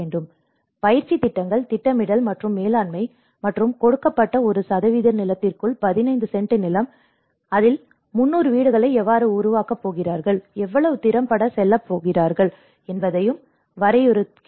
எனவே பயிற்சித் திட்டங்கள் திட்டமிடல் மற்றும் மேலாண்மை மற்றும் கொடுக்கப்பட்ட ஒரு சதவீத நிலத்திற்குள் 15 சென்ட் நிலம் நீங்கள் 300 வீடுகளை எவ்வாறு உருவாக்கப் போகிறீர்கள் எவ்வளவு திறம்பட செல்லப் போகிறீர்கள் என்பதையும் வரையறுக்கிறது